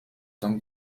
donc